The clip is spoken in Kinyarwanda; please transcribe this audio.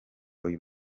uyu